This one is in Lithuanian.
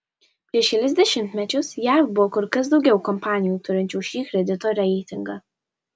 prieš kelis dešimtmečius jav buvo kur kas daugiau kompanijų turinčių šį kredito reitingą